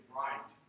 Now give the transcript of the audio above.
right